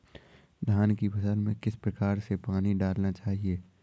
धान की फसल में किस प्रकार से पानी डालना चाहिए?